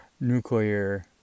nuclear